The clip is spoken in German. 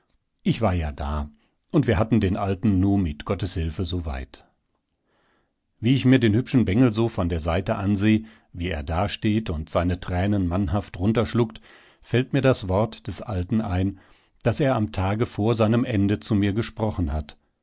ich war ja da und wir hatten den alten nu mit gottes hilfe so weit wie ich mir den hübschen bengel so von der seite anseh wie er dasteht und seine tränen mannhaft runterschluckt fällt mir das wort des alten ein das er am tage vor seinem ende zu mir gesprochen hat